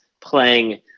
playing